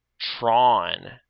Tron